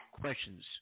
questions